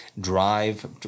Drive